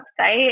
website